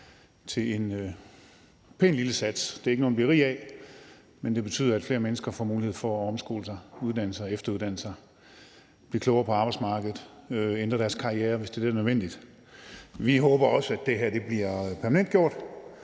til en pæn lille sats. Det er ikke noget, man bliver rig af, men det betyder, at flere mennesker får mulighed for at omskole sig, uddanne sig og efteruddanne sig, blive klogere på arbejdsmarkedet og ændre deres karriere, hvis det er det, der er nødvendigt. Vi håber også, det her bliver permanentgjort